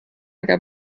gab